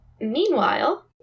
Meanwhile